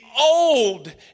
old